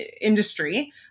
industry